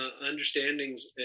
Understandings